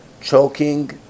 choking